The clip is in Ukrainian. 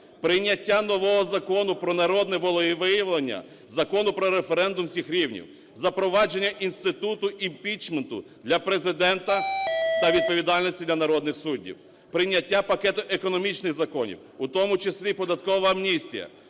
Прийняття нового закону про народне волевиявлення – закону про референдум всіх рівнів. Запровадження інституту імпічменту для Президента та відповідальності для народних суддів. Прийняття пакету економічних законів, у тому числі податкова амністія.